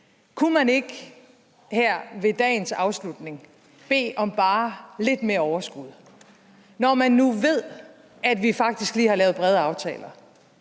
Kunne man ikke her ved dagens afslutning bede om bare lidt mere overskud, når vi nu ved, at vi faktisk lige har lavet brede aftaler